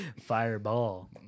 Fireball